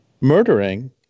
murdering